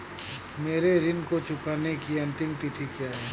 मेरे ऋण को चुकाने की अंतिम तिथि क्या है?